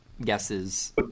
guesses